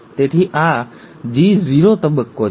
તેથી આ G0 તબક્કો છે